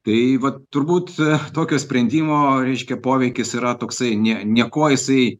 tai vat turbūt e tokio sprendimo reiškia poveikis yra toksai ne nieko jisai